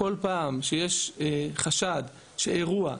בכל פעם שיש חשד שאירוע,